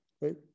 right